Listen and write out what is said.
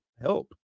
help